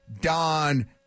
Don